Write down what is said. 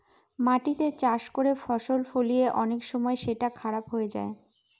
মাটিতে চাষ করে ফসল ফলিয়ে অনেক সময় সেটা খারাপ হয়ে যায়